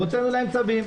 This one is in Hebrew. והוצאנו להם צווים.